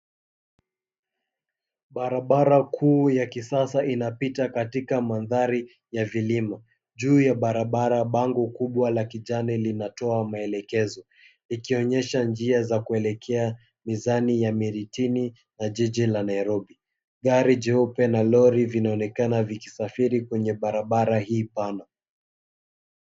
Barabara kuu ya kisasa inapita katika mandhari ya vilima. Juu ya barabara, bango kubwa la kijani linatoa maelekezo, ikionyesha njia za kuelekea mizani ya Miritini na jiji la Nairobi. Gari jeupe na lori vinaonekana vikisafiri kwenye barabara hii pana.